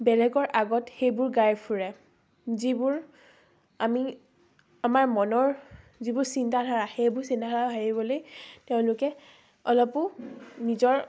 বেলেগৰ আগত সেইবোৰ গাই ফুৰে যিবোৰ আমি আমাৰ মনৰ যিবোৰ চিন্তাধাৰা সেইবোৰ চিন্তাধাৰা ভাবিবলৈ তেওঁলোকে অলপো নিজৰ